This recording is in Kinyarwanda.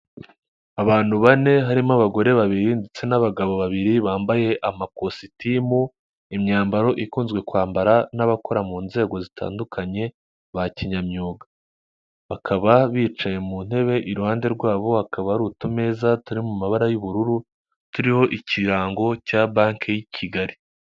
Abantu bane, harimo abagore babiri ndetse n'abagabo babiri, bambaye amakositimu, imyambaro ikunzwe kwambara n'abakora mu nzego zitandukanye, ba kinyamyuga. Bakaba bicaye mu ntebe, iruhande rwabo hakaba ari utumeza turi mu mabara y'uburur, turiho ikirango cya banki y'i Kigali.